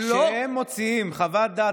כשהם מוציאים חוות דעת,